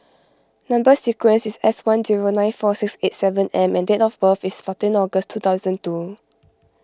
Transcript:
Number Sequence is S one zero nine four six eight seven M and date of birth is fourteen August two thousand two